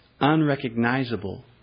unrecognizable